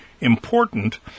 important